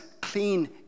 clean